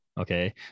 okay